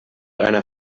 einer